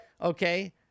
Okay